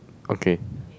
okay